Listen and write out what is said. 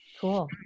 Cool